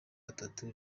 atatu